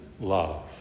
love